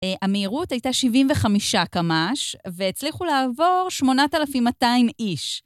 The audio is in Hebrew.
המהירות הייתה 75 קמש והצליחו לעבור 8,200 איש.